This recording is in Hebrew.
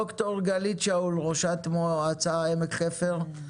ד"ר גלית שאול, ראשת המועצה עמק חפר.